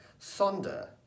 Sonder